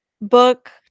book